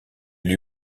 lui